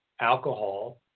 alcohol